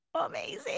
amazing